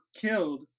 killed